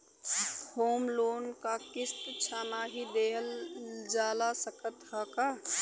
Home loan क किस्त छमाही देहल जा सकत ह का?